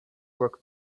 work